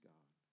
God